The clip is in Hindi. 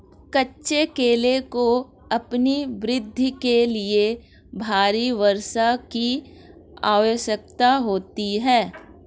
कच्चे केले को अपनी वृद्धि के लिए भारी वर्षा की आवश्यकता होती है